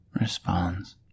responds